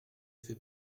fait